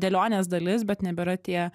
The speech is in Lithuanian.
dėlionės dalis bet nebėra tie